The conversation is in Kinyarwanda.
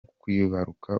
kwibaruka